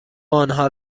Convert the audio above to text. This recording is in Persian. آنها